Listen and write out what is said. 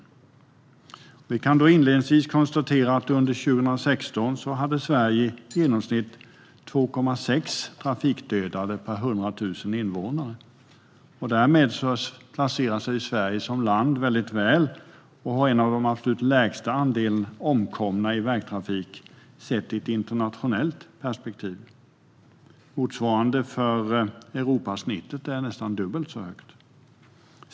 Vi kan inledningsvis konstatera att under 2016 hade Sverige igenomsnitt 2,6 trafikdödade per 100 000 invånare. Därmed placerar sig Sverige som land väldigt väl. Det har av de absolut lägsta andelarna omkomna i vägtrafik sett i ett internationellt perspektiv. Motsvarande genomsnitt för Europa är nästan dubbelt så högt.